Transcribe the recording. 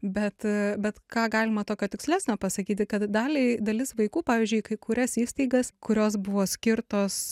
bet bet ką galima tokio tikslesnio pasakyti kad daliai dalis vaikų pavyzdžiui kai kurias įstaigas kurios buvo skirtos